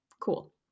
Cool